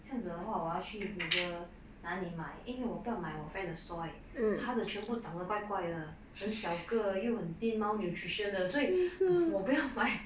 这样子的话我要去 google 哪里买因为我不要买我 friend 的 soil 她的全部长得怪怪的很小个又很 thin malnutrition 的所以我不要